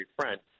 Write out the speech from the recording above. friend